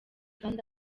kandi